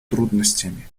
трудностями